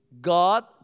God